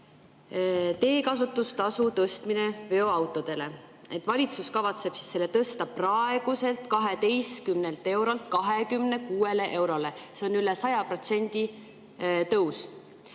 teekasutustasu tõstmine veoautodele. Valitsus kavatseb selle tõsta praeguselt 12 eurolt 26 eurole, see on üle 100% tõus.